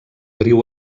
riu